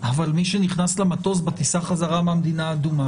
אבל מי שנכנס למטוס בטיסה חזרה מהמדינה האדומה